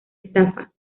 estafa